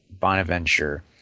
Bonaventure